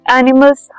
animals